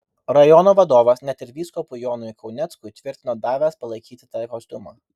rajono vadovas net ir vyskupui jonui kauneckui tvirtino davęs palaikyti tą kostiumą